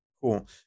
cool